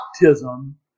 baptism